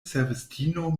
servistino